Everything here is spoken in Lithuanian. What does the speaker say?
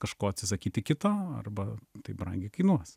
kažko atsisakyti kito arba tai brangiai kainuos